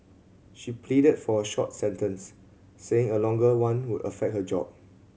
she pleaded for a short sentence saying a longer one would affect her job